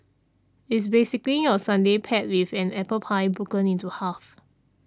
it's basically your sundae paired with an apple pie broken into half